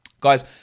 guys